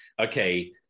okay